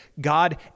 God